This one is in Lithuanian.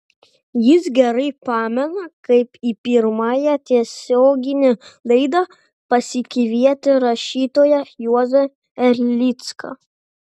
jis gerai pamena kaip į pirmąją tiesioginę laidą pasikvietė rašytoją juozą erlicką